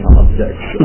objects